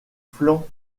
flanc